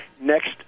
next